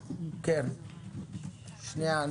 מאזן מקביל כי מה תגיד